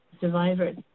survivors